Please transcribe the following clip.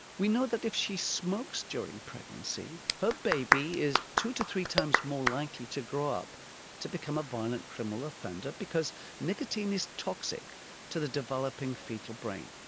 we know that if she smokes during pregnancy her baby is two to three times more likely to grow up to become a violent criminal offender because nicotine is toxic to the developing foetal brain.